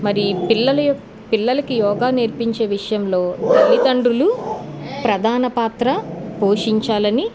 మరి పిల్లల యొ పిల్లలకి యోగా నేర్పించే విషయంలో తల్లితండ్రులు ప్రధాన పాత్ర పోషించాలని